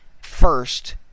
first